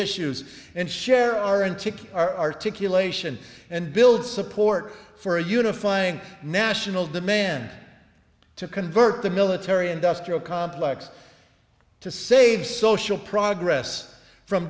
issues and share our and take articulation and build support for a unifying national demand to convert the military industrial complex to save social progress from